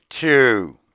two